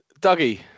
Dougie